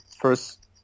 first